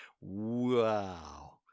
Wow